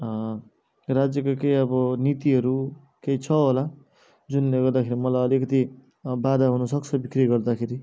राज्यको केही अब नीतिहरू केही छ होला जुनले गर्दाखेरि मलाई अलिकति बाधा आउनु सक्छ बिक्री गर्दाखेरि